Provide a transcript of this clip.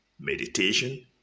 meditation